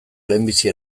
lehenbizi